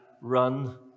run